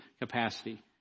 capacity